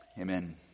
amen